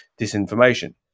disinformation